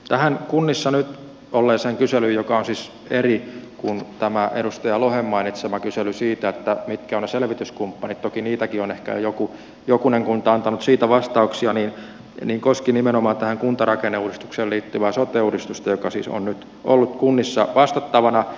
tämä kunnissa nyt ollut kysely joka on siis eri kuin tämä edustaja lohen mainitsema kysely siitä mitkä ovat ne selvityskumppanit toki siitäkin on ehkä jokunen kunta antanut vastauksia koski nimenomaan tähän kuntarakenneuudistukseen liittyvää sote uudistusta joka siis on nyt ollut kunnissa vastattavana